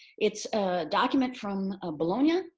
it's a document from a bologna, ah